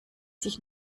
sich